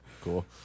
Cool